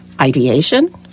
ideation